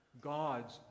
God's